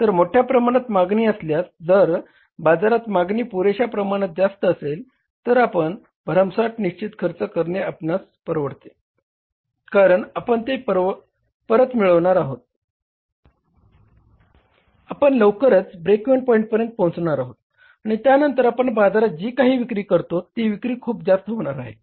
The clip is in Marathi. तर मोठ्या प्रमाणात मागणी असल्यास जर बाजारात मागणी पुरेश्या प्रमाणात जास्त असेल तर भरमसाठ निश्चित खर्च करणे आपणास परवडते कारण आपण ते परत मिळवणार आहोत कारण आपण लवकरच ब्रेक इव्हन पॉईंट पर्यंत पोहचणार आहोत आणि त्यानंतर आपण बाजारात जी काही विक्री करतोत ती विक्री खूप जास्त होणार आहे